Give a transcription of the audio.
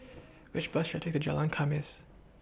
Which Bus should I Take to Jalan Khamis